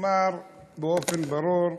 נאמר באופן ברור: